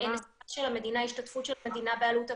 נעמה ----- השתתפות של המדינה בעלות הבידוד,